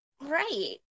Right